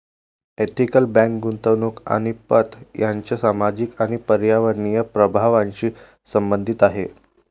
ethical bank गुंतवणूक आणि पत यांच्या सामाजिक आणि पर्यावरणीय प्रभावांशी संबंधित आहे